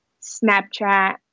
Snapchat